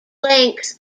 length